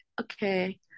Okay